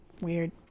Weird